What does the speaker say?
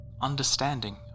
understanding